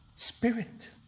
Spirit